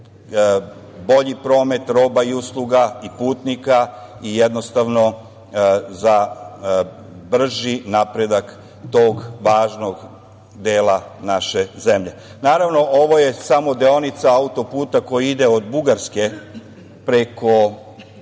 bolji promet roba i usluga i putnika i jednostavno za brži napredak tog važnog dela naše zemlje. Naravno, ovo je samo deonica autoputa koji ide od Bugarske preko